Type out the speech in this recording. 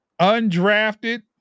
undrafted